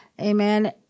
amen